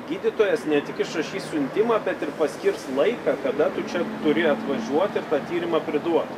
gydytojas ne tik išrašys siuntimą bet ir paskirs laiką kada tu čia turi atvažiuot ir tą tyrimą priduot